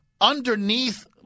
underneath